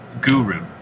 guru